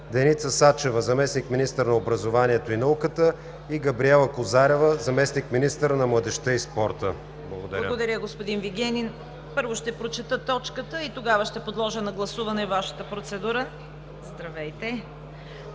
Деница Сачева – заместник-министър на образованието и науката и Габриела Козарева – заместник-министър на младежка и спорта. Благодаря. ПРЕДСЕДАТЕЛ ЦВЕТА КАРАЯНЧЕВА: Благодаря, господин Вигенин! Първо ще прочета точката и тогава ще подложа на гласуване Вашата процедура. Шеста